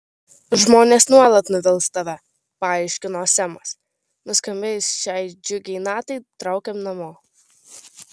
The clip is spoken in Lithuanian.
žmonės nuolat nuvils tave paaiškino semas nuskambėjus šiai džiugiai natai traukiam namo